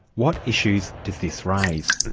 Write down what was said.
what issues does this raise?